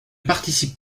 participe